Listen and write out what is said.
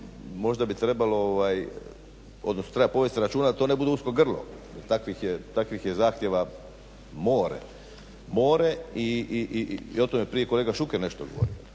možda bi trebalo, odnosno treba povest računa da to ne bude usko grlo, takvih je zahtjeva more, more, i o tome je prije kolega Šuker nešto govorio.